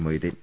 Moideen